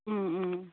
ও ও